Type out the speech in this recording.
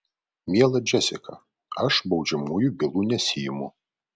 miela džesika aš baudžiamųjų bylų nesiimu